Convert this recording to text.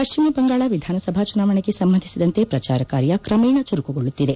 ಪಶ್ಚಿಮ ಬಂಗಾಳ ವಿಧಾನಸಭಾ ಚುನಾವಣೆಗೆ ಸಂಬಂಧಿಸಿದಂತೆ ಪ್ರಚಾರ ಕಾರ್ಯ ಕ್ರಮೇಣ ಚುರುಕುಗೊಳ್ಳುತ್ತಿದೆ